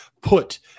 put